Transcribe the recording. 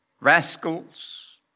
rascals